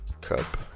cup